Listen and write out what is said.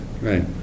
right